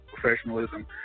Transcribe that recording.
professionalism